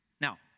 Now